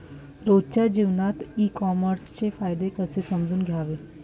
रोजच्या जीवनात ई कामर्सचे फायदे कसे समजून घ्याव?